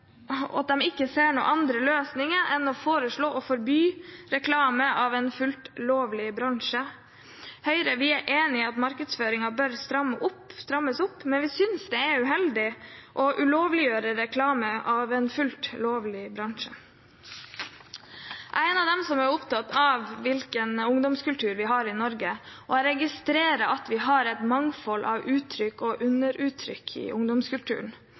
foreslå å forby reklame av en fullt lovlig bransje. Høyre er enig i at markedsføringen bør strammes opp, men vi synes det er uheldig å ulovliggjøre reklame av en fullt ut lovlig bransje. Jeg er en av dem som er opptatt av hvilken ungdomskultur vi har i Norge, og jeg registrerer at vi har et mangfold av uttrykk og underuttrykk i ungdomskulturen.